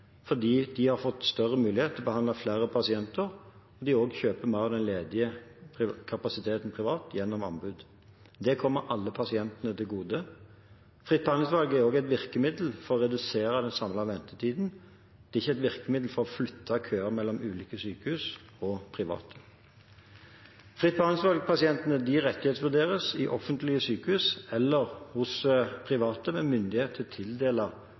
fordi de har fått større mulighet til å behandle flere pasienter, og også fordi de kjøper mer av den ledige kapasiteten privat, gjennom anbud. Det kommer alle pasienter til gode. Fritt behandlingsvalg er også et virkemiddel for å redusere den samlede ventetiden. Det er ikke et virkemiddel for å flytte køer mellom ulike sykehus og private. Fritt behandlingsvalg-pasientene rettighetsvurderes i offentlige sykehus eller hos private med myndighet til